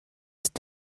ist